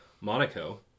Monaco